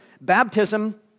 baptism